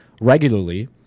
regularly